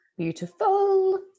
Beautiful